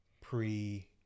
pre